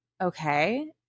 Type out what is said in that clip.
okay